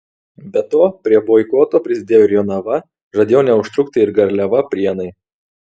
be to prie boikoto prisidėjo ir jonava žadėjo neužtrukti ir garliava prienai